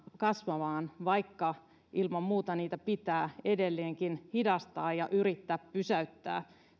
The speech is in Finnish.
kasvamaan vaikka ilman muuta niitä tartuntaketjuja pitää edelleenkin hidastaa ja yrittää pysäyttää